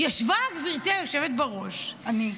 ישבה גברתי היושבת-ראש -- אני.